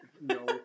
No